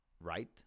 right